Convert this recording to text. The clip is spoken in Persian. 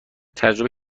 تجربه